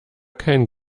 kein